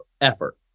effort